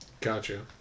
Gotcha